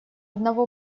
одного